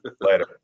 Later